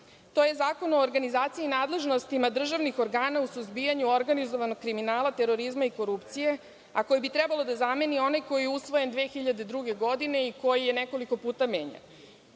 to je Zakon o organizaciji i nadležnostima državnih organa u suzbijanju organizovanog kriminala, terorizma i korupcije, a koji bi trebao da zameni onaj koji je usvojen 2002. godine i koji je nekoliko puta menjan.